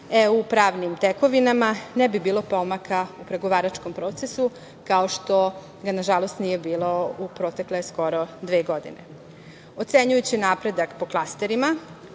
EU pravnim tekovinama ne bi bilo pomaka u pregovaračkom procesu, kao što, nažalost, nije bilo u protekle skoro dve godine. Ocenjujući napredak po klasterima,